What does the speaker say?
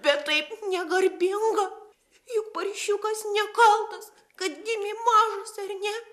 bet taip negarbinga juk paršiukas nekaltas kad gimė mažas ar ne